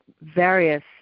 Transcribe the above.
various